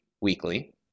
weekly